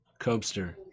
Cobster